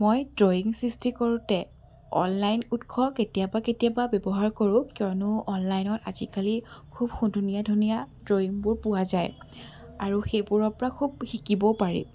মই ড্ৰয়িং সৃষ্টি কৰোঁতে অনলাইন উৎস কেতিয়াবা কেতিয়াবা ব্যৱহাৰ কৰোঁ কিয়নো অনলাইনত আজিকালি খুব ধুনীয়া ধুনীয়া ড্ৰয়িঙবোৰ পোৱা যায় আৰু সেইবোৰৰ পৰা খুব শিকিবও পাৰি